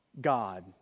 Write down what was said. God